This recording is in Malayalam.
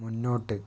മുന്നോട്ട്